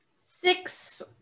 Six